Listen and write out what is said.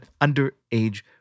underage